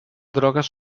drogues